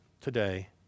today